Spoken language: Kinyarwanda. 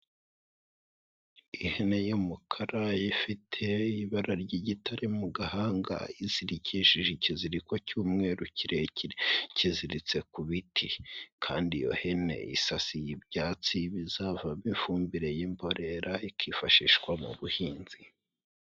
Ihene y'umukara ifite ibara ry'igitare mu gahanga izirikishije ikiziriko cy'umweru kirekire, kiziritse ku biti. Kandi iyo ihene isasiye ibyatsi bizavamo ifumbire y'imborera ikifashishwa mu buhinzi.